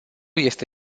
este